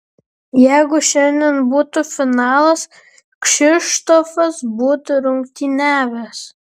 jeigu šiandien būtų finalas kšištofas būtų rungtyniavęs